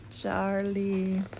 Charlie